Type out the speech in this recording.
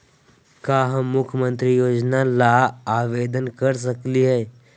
का हम मुख्यमंत्री योजना ला आवेदन कर सकली हई?